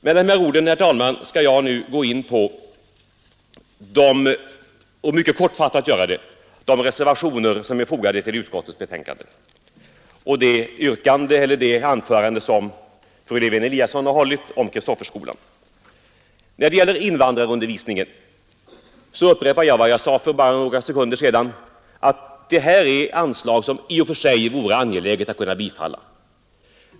Med dessa ord, herr talman, skall jag mycket kortfattat gå in på de reservationer som är fogade till utskottets betänkande och det anförande som fru Lewén-Eliasson har hållit om Kristofferskolan. När det gäller invandrarundervisningen upprepar jag vad jag sade för bara några minuter sedan, att det här är anslag som det i och för sig vore angeläget att kunna bifalla.